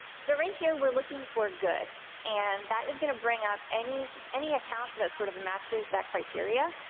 so right here, we're looking for good and that is gonna bring up any any account that sort of matches that criteria.